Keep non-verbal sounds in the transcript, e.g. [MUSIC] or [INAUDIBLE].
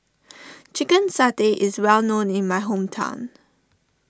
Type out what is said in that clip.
[NOISE] Chicken Satay is well known in my hometown